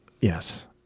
Yes